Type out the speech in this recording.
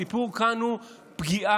הסיפור כאן הוא פגיעה,